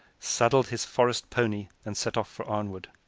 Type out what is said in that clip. saddled his forest pony, and set off for arnwood.